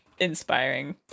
Inspiring